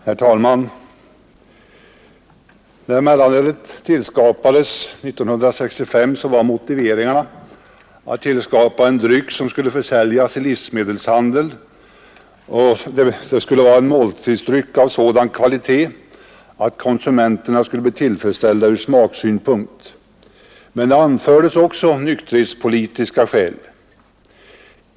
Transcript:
Herr talman! När mellanölet kom till år 1965 var några av motiveringarna att man skulle tillskapa en dryck som skulle försäljas i livsmedelshandeln och att det skulle vara én måltidsdryck av sådan kvalitet att konsumenterna blev tillfredsställda ur smaksynpunkt. Men det anfördes också nykterhetspolitiska skäl.